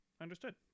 Understood